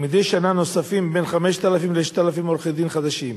מדי שנה נוספים בין 5,000 ל-6,000 עורכי-דין חדשים.